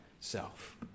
self